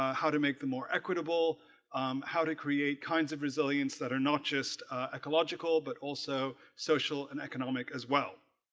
how to make them more equitable how to create kinds of resilience that are not just ecological but also social and economic as well